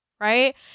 right